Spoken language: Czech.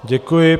Děkuji.